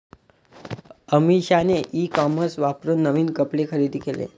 अमिषाने e commerce वापरून नवीन कपडे खरेदी केले